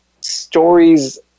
stories